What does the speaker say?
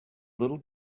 little